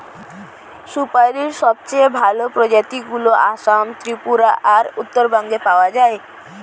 সুপারীর সবচেয়ে ভালো প্রজাতিগুলো আসাম, ত্রিপুরা আর উত্তরবঙ্গে পাওয়া যায়